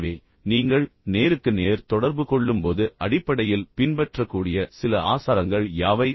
எனவே நீங்கள் நேருக்கு நேர் தொடர்பு கொள்ளும்போது அடிப்படையில் பின்பற்றக்கூடிய சில ஆசாரங்கள் யாவை